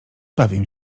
bawię